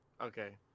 Okay